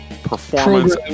performance